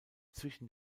zwischen